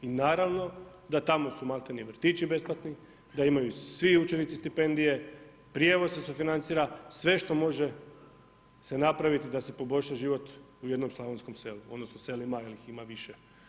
I naravno da tamo su maltene vrtići besplatni, da imaju svi učenici stipendije, prijevoz se sufinancira, sve što može se napraviti da se poboljša život u jednom slavonskom selu, odnosno, selima, jer ih ima više.